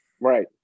right